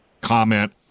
comment